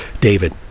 David